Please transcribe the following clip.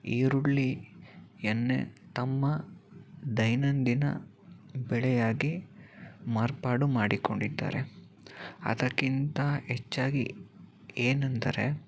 ಈರುಳ್ಳಿಯನ್ನೇ ತಮ್ಮ ದೈನಂದಿನ ಬೆಳೆಯಾಗಿ ಮಾರ್ಪಾಡು ಮಾಡಿಕೊಂಡಿದ್ದಾರೆ ಅದಕ್ಕಿಂತ ಹೆಚ್ಚಾಗಿ ಏನೆಂದರೆ